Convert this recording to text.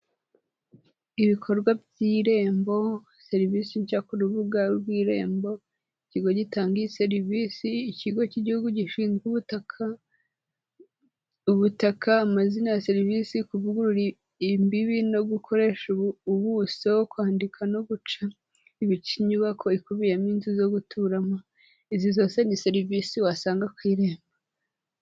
Ibikorwa by'irembo, serivisi nshya ku rubuga rw'irembo, ikigo gitanga iyio serivisi, ikigo cy'igihugu gishinzwe ubutaka, ubutaka, amazina ya serivisi kuvuguru imbibi no gukoresha ubuso, kwandika no guca ibice inyubako ikubiyemo inzu zo guturamo, izi zose ni serivisi wasanga ku irembo.